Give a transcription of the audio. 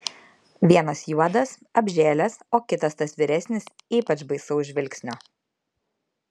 vienas juodas apžėlęs o kitas tas vyresnis ypač baisaus žvilgsnio